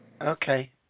Okay